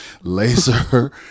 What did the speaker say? laser